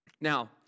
Now